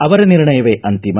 ಅವರ ನಿರ್ಣಯವೇ ಅಂತಿಮ